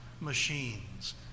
machines